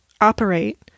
operate